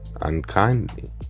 unkindly